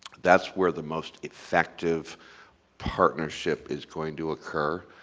that's where the most effective partnership is going to occur,